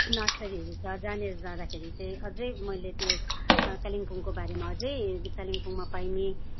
नर्सरीहरू छ जहाँनेर जाँदाखेरि चाहिँ अझै मैले त्यो कालिम्पोङ बारेमा अझै कालिम्पोङ पाइने